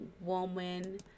woman